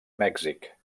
mèxic